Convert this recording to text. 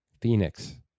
Phoenix